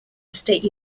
state